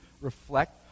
reflect